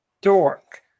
dork